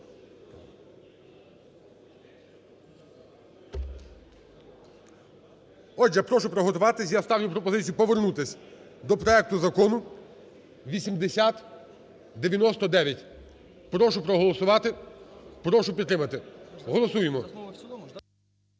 Отже, прошу приготуватися. Я ставлю пропозицію повернутися до проекту Закону 8099. Прошу проголосувати, прошу підтримати. Голосуємо,